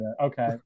okay